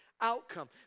outcome